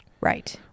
Right